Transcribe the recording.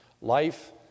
Life